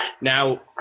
now